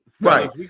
right